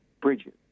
bridges